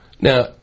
now